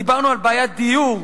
"דיברנו על בעיית דיור,